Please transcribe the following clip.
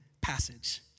passage